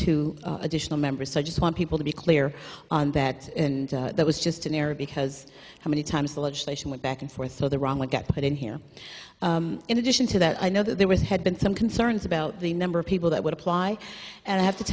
two additional members so i just want people to be clear on that and that was just an error because how many times the legislation went back and forth so the wrong i get it in here in addition to that i know that there was had been some concerns about the number of people that would apply and i have to